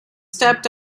stepped